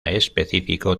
específico